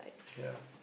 ya